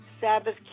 Sabbath